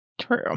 True